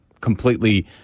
completely